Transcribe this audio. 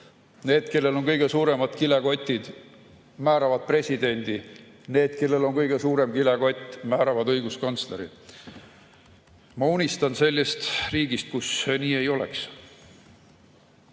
Need, kellel on kõige suuremad kilekotid, määravad presidendi. Need, kellel on kõige suurem kilekott, määravad õiguskantsleri. Ma unistan riigist, kus nii ei ole.